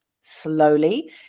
slowly